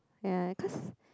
ya cause